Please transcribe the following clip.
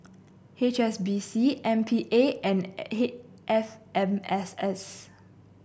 H S B C M P A and F M S S